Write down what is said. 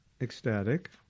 ecstatic